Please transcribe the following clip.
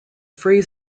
free